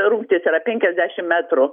rungtis yra penkiasdešim metrų